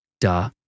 Duh